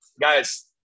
guys